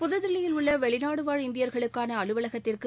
புதுதில்லியில் உள்ள வெளிநாடுவாழ் இந்தியர்களுக்கான அலுவலகத்திற்கு